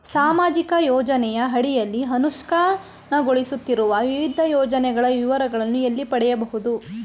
ಸಾಮಾಜಿಕ ಯೋಜನೆಯ ಅಡಿಯಲ್ಲಿ ಅನುಷ್ಠಾನಗೊಳಿಸುತ್ತಿರುವ ವಿವಿಧ ಯೋಜನೆಗಳ ವಿವರಗಳನ್ನು ಎಲ್ಲಿ ಪಡೆಯಬಹುದು?